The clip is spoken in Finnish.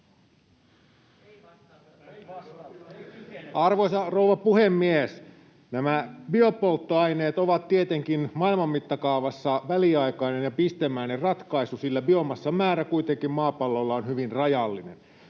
Arvoisa rouva puhemies! Biopolttoaineet ovat tietenkin maailman mittakaavassa väliaikainen ja pistemäinen ratkaisu, sillä biomassan määrä maapallolla on kuitenkin hyvin rajallinen.